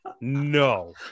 No